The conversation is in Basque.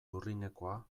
lurrinekoa